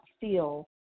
feel